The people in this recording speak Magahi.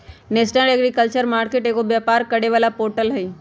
नेशनल अगरिकल्चर मार्केट एगो व्यापार करे वाला पोर्टल हई